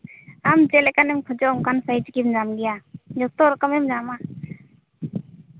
ᱟᱢ ᱪᱮᱫᱞᱮᱠᱟᱱ ᱥᱟᱭᱤᱡ ᱮᱢ ᱠᱷᱚᱡᱚᱜ ᱠᱟᱱᱟ ᱚᱱᱠᱟᱱ ᱥᱟᱭᱤᱡ ᱜᱮᱢ ᱧᱟᱢ ᱜᱮᱭᱟ ᱡᱷᱚᱛᱚ ᱨᱚᱠᱚᱢ ᱮᱢ ᱧᱟᱢᱼᱟ